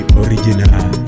original